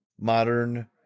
modern